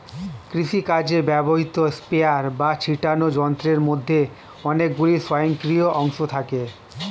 কৃষিকাজে ব্যবহৃত স্প্রেয়ার বা ছিটোনো যন্ত্রের মধ্যে অনেকগুলি স্বয়ংক্রিয় অংশ থাকে